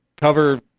cover